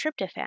tryptophan